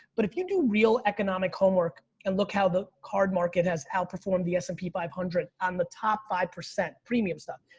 but if you do real economic homework and look how the card market has outperformed the s and p five hundred on the top five percent premium stuff.